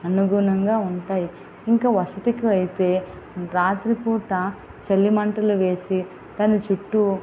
అనుగుణంగా ఉంటాయి ఇంకా వసతికి అయితే రాత్రిపూట చలి మంటలు వేసి దాని చుట్టు